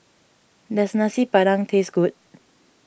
does Nasi Padang taste good